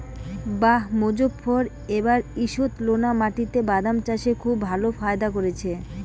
বাঃ মোজফ্ফর এবার ঈষৎলোনা মাটিতে বাদাম চাষে খুব ভালো ফায়দা করেছে